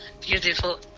beautiful